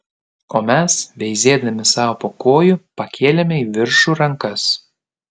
o mes veizėdami sau po kojų pakėlėme į viršų rankas